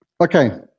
Okay